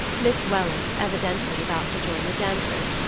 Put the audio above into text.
miss welland, evidently about to join the dancers,